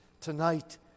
tonight